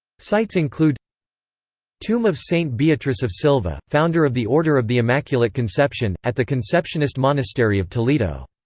sights include tomb of saint beatrice of silva, founder of the order of the immaculate conception, at the conceptionist monastery of toledo.